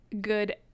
good